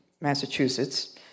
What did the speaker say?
Massachusetts